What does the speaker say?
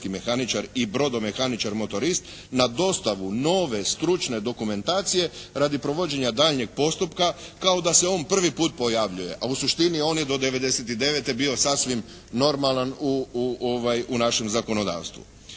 i brodomehaničar motorist na dostavu nove stručne dokumentacije radi provođenja daljnjeg postupka kao da se on prvi put pojavljuje. A u suštini on je do 1999. bio sasvim normalan u našem zakonodavstvu.